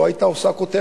זה לא היה עושה כותרת,